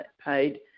paid